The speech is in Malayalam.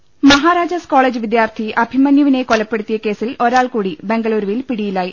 ലല മഹാരാജാസ് കോളജ് വിദ്യാർത്ഥി അഭിമന്യുവിനെ കൊലപ്പെടുത്തിയ കേസിൽ ഒരാൾ കൂടി ബെങ്കളൂരിവിൽ പിടിയിലായി